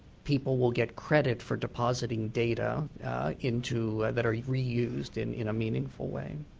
people will get credit for depositing data in to that are reused in in a meaningful way.